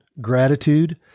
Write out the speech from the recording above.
gratitude